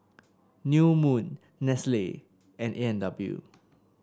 New Moon Nestle and A and W